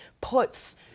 puts